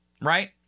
Right